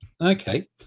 Okay